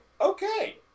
okay